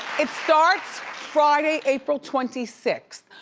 it starts friday april twenty sixth.